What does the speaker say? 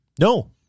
No